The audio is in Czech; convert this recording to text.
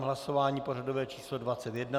Hlasování pořadové číslo 21.